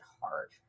hard